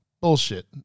Bullshit